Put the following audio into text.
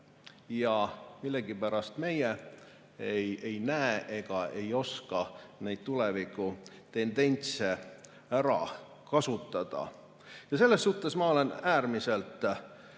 Millegipärast meie ei näe ega oska neid tulevikutendentse ära kasutada. Selles suhtes ma olen äärmiselt